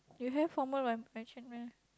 you have formal white white shirt meh